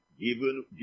given